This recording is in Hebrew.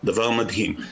דבר מדהים.